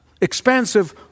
Expansive